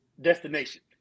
destination